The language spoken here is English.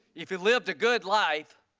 if you live a good life,